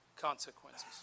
consequences